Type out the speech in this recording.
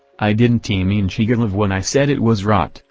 i didn t mean shigalov when i said it was rot,